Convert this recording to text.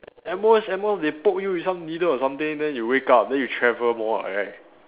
at most at most they poke you with some needle or something then you wake up then you travel more [what] right